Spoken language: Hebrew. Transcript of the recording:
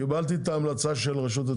קיבלת את ההמלצה של רשות התכנון.